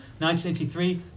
1983